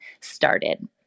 started